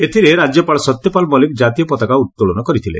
ଏଥିରେ ରାଜ୍ୟପାଳ ସତ୍ୟପାଲ ମଲ୍ଟିକ ଜାତୀୟ ପତାକା ଉତ୍ତୋଳନ କରିଥିଲେ